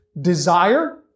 desire